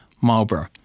Marlborough